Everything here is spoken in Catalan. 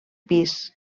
pis